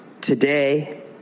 today